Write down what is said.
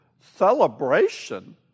celebration